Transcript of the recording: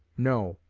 no,